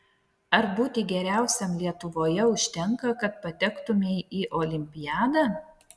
ar būti geriausiam lietuvoje užtenka kad patektumei į olimpiadą